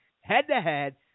head-to-head